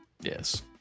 Yes